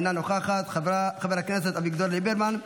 אינה נוכחת, חבר הכנסת אביגדור ליברמן,